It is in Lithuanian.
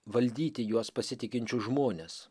valdyti juos pasitikinčius žmones